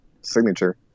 signature